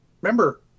Remember